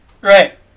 Right